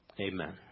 Amen